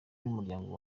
n’umuryango